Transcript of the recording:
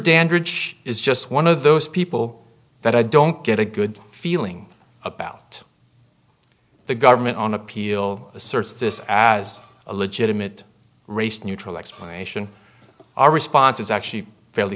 dandridge is just one of those people that i don't get a good feeling about the government on appeal asserts this as a legitimate race neutral explanation our response is actually fairly